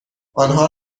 آنها